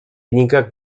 никак